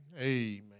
Amen